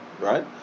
Right